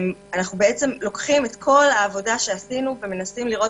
אנחנו לוקחים את כל העבודה שעשינו ומנסים לראות